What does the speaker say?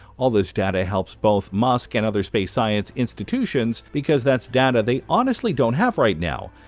all this data helps both musk and other space science institutions because that's data they honestly don't have right now,